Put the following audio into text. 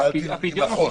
גם אני הייתי בעד הפיילוט,